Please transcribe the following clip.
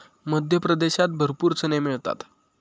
मध्य प्रदेशात भरपूर चणे मिळतात